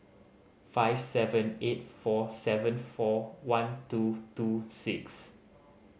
five seven eight four seven four one two two six